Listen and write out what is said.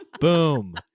boom